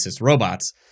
robots